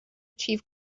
achieve